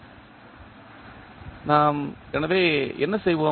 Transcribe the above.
எனவே நாம் என்ன செய்வோம்